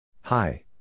Hi